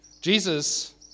Jesus